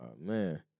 Man